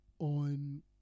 On